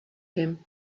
him